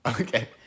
Okay